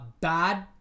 bad